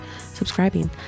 subscribing